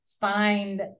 find